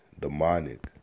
Demonic